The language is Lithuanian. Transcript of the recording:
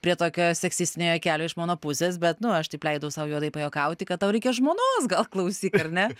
prie tokio seksistinio juokelio iš mano pusės bet nu aš taip leidau sau juodai pajuokauti kad tau reikia žmonos gal klausyk ar ne